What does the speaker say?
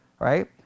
Right